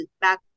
back